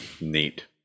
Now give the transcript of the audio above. neat